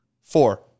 Four